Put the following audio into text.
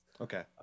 okay